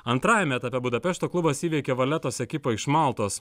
antrajame etape budapešto klubas įveikė valetos ekipą iš maltos